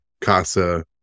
Casa